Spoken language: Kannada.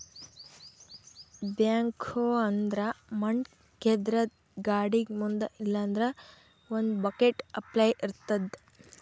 ಬ್ಯಾಕ್ಹೊ ಅಂದ್ರ ಮಣ್ಣ್ ಕೇದ್ರದ್ದ್ ಗಾಡಿಗ್ ಮುಂದ್ ಇಲ್ಲಂದ್ರ ಒಂದ್ ಬಕೆಟ್ ಅಪ್ಲೆ ಇರ್ತದ್